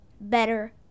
better